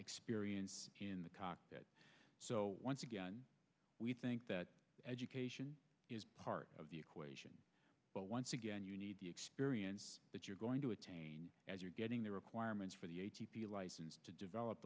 experience in the cockpit so once again we think that education is part of the equation but once again you need the experience that you're going to attain as you're getting the requirements for the a t p license to develop